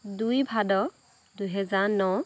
দুই ভাদ দুই হেজাৰ ন